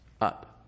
up